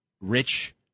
rich